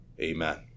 Amen